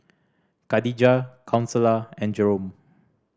Kadijah Consuela and Jerome